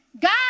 God